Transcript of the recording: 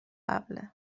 قبله